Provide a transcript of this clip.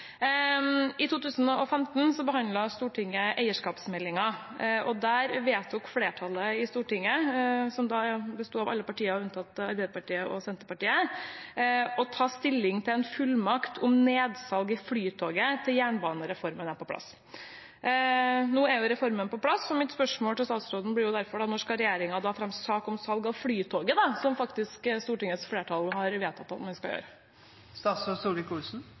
I 2015 behandlet Stortinget eierskapsmeldingen, og der vedtok flertallet i Stortinget, som da besto av alle partier unntatt Arbeiderpartiet og Senterpartiet, å ta stilling til en fullmakt om nedsalg i Flytoget til jernbanereformen var på plass. Nå er reformen på plass, så mitt spørsmål til statsråden blir derfor: Når skal regjeringen fremme en sak om salg av Flytoget, som Stortingets flertall faktisk har vedtatt at man skal